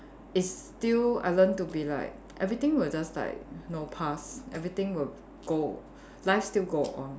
it's still I learn to be like everything will just like know pass everything will go life still go on